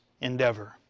endeavor